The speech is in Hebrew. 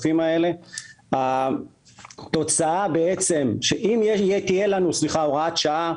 אם תהיה הוראת שעה,